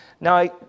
Now